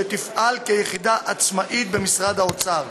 שתפעל כיחידה עצמאית במשרד האוצר.